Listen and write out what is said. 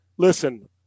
Listen